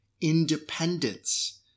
independence